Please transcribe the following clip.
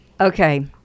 okay